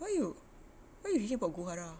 why you why you reading about goo hara